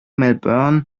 melbourne